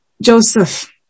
Joseph